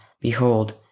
behold